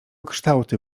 kształty